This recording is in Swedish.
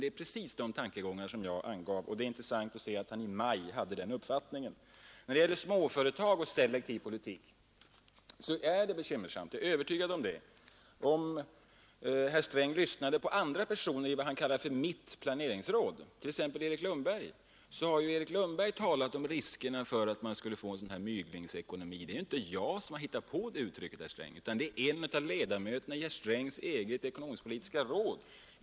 Det innehåller emellertid precis de tankegångar som jag angav. Det är intressant att se att Bertil Olsson i maj hade denna uppfattning. När det gäller småföretagen och den selektiva politiken är det bekymmersamt — jag är övertygad om det. Om herr Sträng lyssnat till andra personer i vad han kallade ”mitt planeringsråd” skulle han finna att t.ex. Erik Lundberg talat om riskerna för att man skulle få en sådan här mygelekonomi. Det är inte jag som hittat på det uttrycket, herr Sträng, utan det är en av ledamöterna i herr Strängs eget ekonomisk-politiska råd.